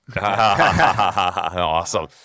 Awesome